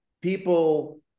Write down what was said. people